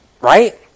Right